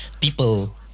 people